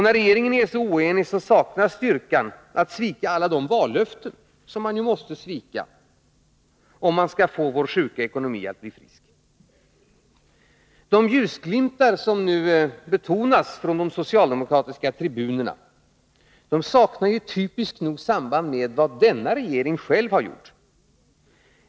När regeringen är så oenig saknas styrkan att svika alla de vallöften som man måste svika, om man skall få vår sjuka ekonomi att tillfriskna. De ljusglimtar som nu betonas från de socialdemokratiska talartribunerna saknar typiskt nog samband med vad denna regering själv har gjort.